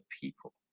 people